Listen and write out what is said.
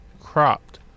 cropped